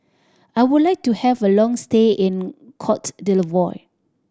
I would like to have a long stay in Cote D'Ivoire